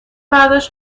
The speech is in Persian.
بعدش